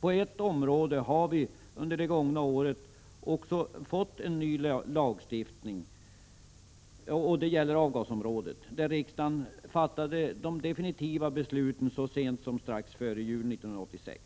På ett område har vi under det gångna året också fått en ny lagstiftning. Det gäller avgasområdet, där riksdagen fattade de definitiva besluten så sent som strax före jul 1986.